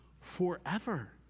forever